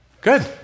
good